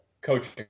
coaching